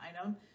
item